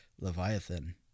Leviathan